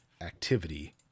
activity